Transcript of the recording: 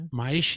mas